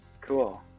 Cool